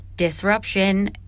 disruption